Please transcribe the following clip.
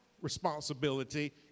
responsibility